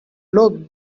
look